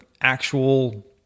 actual